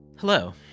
Hello